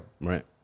Right